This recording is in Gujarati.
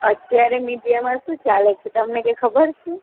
અત્યારે મીડિયામાં શું ચાલે છે તમને કંઈ ખબર છે